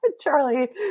Charlie